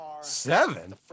Seven